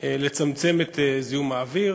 לצמצם את זיהום האוויר.